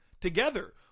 together